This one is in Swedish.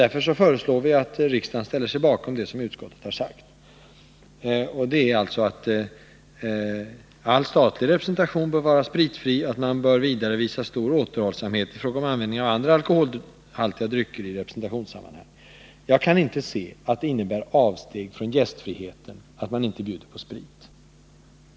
Därför föreslår vi att riksdagen ställer sig bakom det som utskottet har sagt, dvs. att all statlig representation bör vara spritfri och att staten bör visa stor återhållsamhet i fråga om användningen av andra alkoholhaltiga drycker i representationssammanhang. Jag kan inte inse att det innebär brist på gästfrihet att man inte bjuder på sprit.